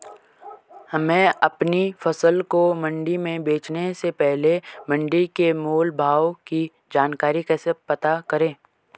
हमें अपनी फसल को मंडी में बेचने से पहले मंडी के मोल भाव की जानकारी कैसे पता करें?